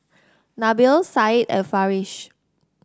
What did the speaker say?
Nabil Said and Farish